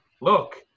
look